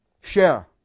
share